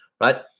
right